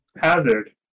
Hazard